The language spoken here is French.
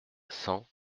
cent